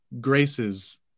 graces